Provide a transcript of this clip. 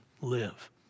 live